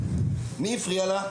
מי הפריע לה?